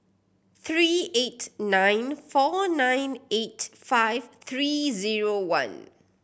three eight nine four nine eight five three zero one